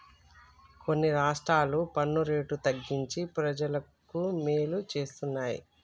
కొన్ని రాష్ట్రాలు పన్ను రేటు తగ్గించి ప్రజలకు మేలు చేస్తున్నాయి